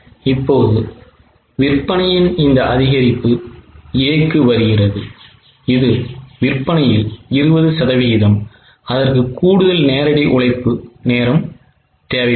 இப்போது விற்பனையின் இந்த அதிகரிப்பு A க்கு வருகிறது இது விற்பனையில் 20 சதவிகிதம் அதற்கு கூடுதல் நேரடி உழைப்பு நேரம் தேவைப்படும்